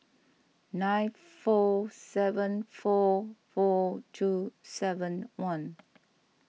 nine four seven four four two seven one